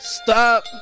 stop